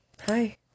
Hi